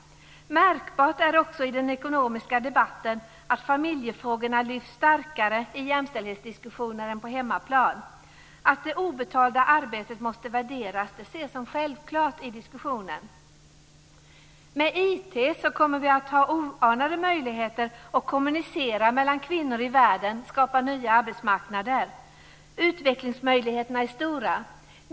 Märkbart också i den ekonomiska debatten är att familjefrågorna lyfts starkare i jämställdhetsdiskussioner än på hemmaplan. Att det obetalda arbetet måste värderas ses som självklart i diskussionen. Med IT kommer vi att ha oanade möjligheter att kommunicera mellan kvinnor i världen och skapa nya arbetsmarknader. Utvecklingsmöjligheterna är stora.